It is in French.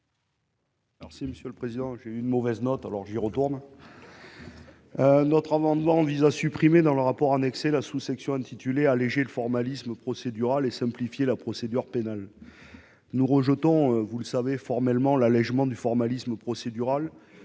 M. Fabien Gay. Puisque j'ai eu une mauvaise note, j'y retourne ... Le présent amendement vise à supprimer dans le rapport annexé la sous-section intitulée « Alléger le formalisme procédural et simplifier la procédure pénale ». Vous le savez, nous rejetons formellement l'allégement du formalisme procédural